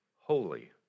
holy